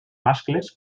mascles